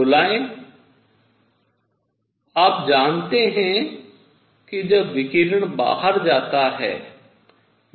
बुलाएं आप जानते हैं कि जब विकिरण बाहर जाता है